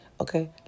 Okay